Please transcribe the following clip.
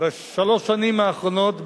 בשלוש השנים האחרונות,